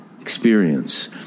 experience